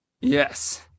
Yes